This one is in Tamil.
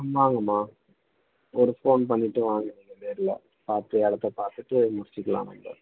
ஆமாங்கமா ஒரு ஃபோன் பண்ணிவிட்டு வாங்க நீங்கள் நேரில் பார்த்து இடத்த பார்த்துட்டு முடிச்சுக்கலாம் நம்ம